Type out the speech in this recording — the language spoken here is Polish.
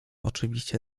oczywiście